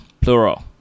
Plural